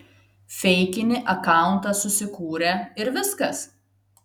feikinį akauntą susikūrė ir viskas